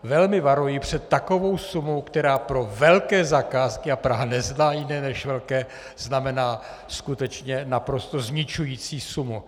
Velmi varuji před takovou sumou, která pro velké zakázky, a Praha nezná jiné než velké, znamená skutečně naprosto zničující sumu.